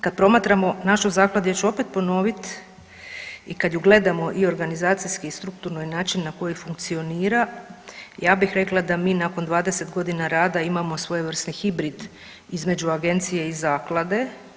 Kad promatramo našu zakladu ja ću opet ponovit i kad ju gledamo i organizacijski i strukturno i način na koji funkcionira, ja bih rekla da mi nakon 20 godina rada imamo svojevrsni hibrid između agencije i zaklade.